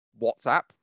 WhatsApp